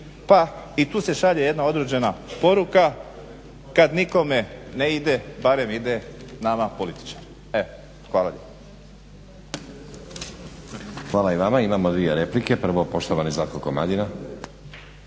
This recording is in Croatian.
Pa i tu se šalje određena poruka, kad nikome ne ide barem ide nama političarima. Evo hvala lijepa. **Stazić, Nenad (SDP)** Hvala i vama. Imamo dvije replike. Prvo poštovani Zlatko Komadina.